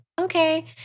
Okay